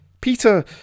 Peter